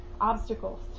obstacles